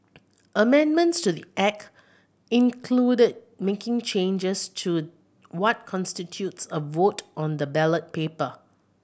amendments to the Act included making changes to what constitutes a vote on the ballot paper